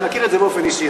אני מכיר את זה באופן אישי,